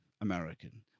American